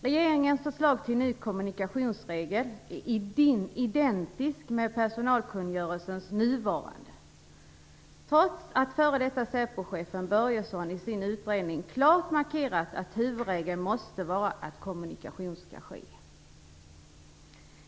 Regeringens förslag till ny kommunikationsregel är identisk med personalkungörelsens nuvarande, trots att f.d. Säpochefen Börjesson i sin utredning klart markerat att huvudregeln måste vara att kommunikation skall ske.